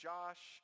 Josh